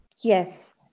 Yes